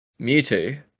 Mewtwo